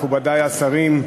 מכובדי השרים,